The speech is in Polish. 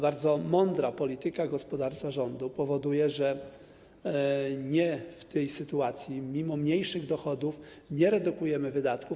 Bardzo mądra polityka gospodarcza rządu powoduje, że w tej sytuacji mimo mniejszych dochodów nie redukujemy wydatków.